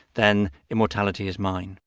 then immortality is mine